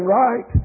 right